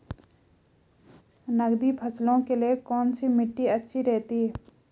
नकदी फसलों के लिए कौन सी मिट्टी अच्छी रहती है?